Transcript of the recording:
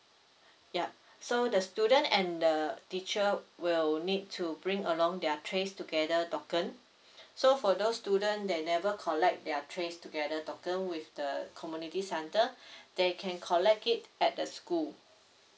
yup so the student and the teacher will need to bring along their trace together token so for those student that never collect their trace together token with the community centre they can collect it at the school